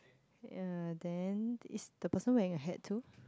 ya then is the person wearing a hat too